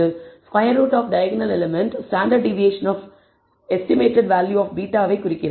square root of diagonal element standard deviation of estimated value of β வை குறிக்கிறது